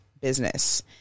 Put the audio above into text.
business